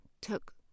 took